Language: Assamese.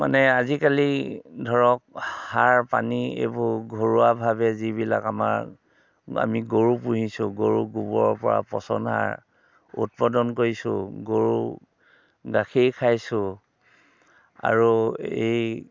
মানে আজিকালি ধৰক সাৰ পানী এইবোৰ ঘৰুৱাভাৱে যিবিলাক আমাৰ আমি গৰু পুহিছোঁ গৰু গোৱৰৰ পৰা পচন সাৰ উৎপাদন কৰিছোঁ গৰু গাখীৰ খাইছোঁ আৰু এই